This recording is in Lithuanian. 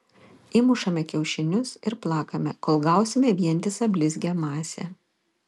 įmušame kiaušinius ir plakame kol gausime vientisą blizgią masę